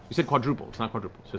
you said quadruple, it's not quadruple,